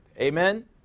Amen